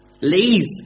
leave